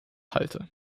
halte